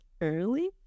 early